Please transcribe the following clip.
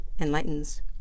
enlightens